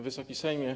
Wysoki Sejmie!